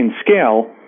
scale